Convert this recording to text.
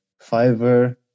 Fiverr